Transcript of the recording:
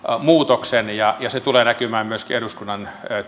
muutoksen ja se tulee näkymään myöskin eduskunnan